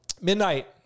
Midnight